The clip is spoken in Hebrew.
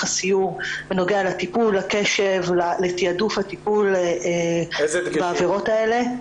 הסיור בנוגע לתעדוף הטיפול בעבירות האלו.